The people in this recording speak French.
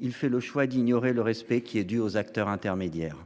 il fait le choix d'ignorer le respect qui est dû aux acteurs intermédiaires.